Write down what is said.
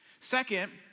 Second